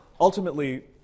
ultimately